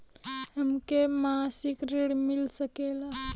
हमके मासिक ऋण मिल सकेला?